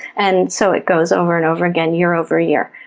and so it goes, over and over again, year over year.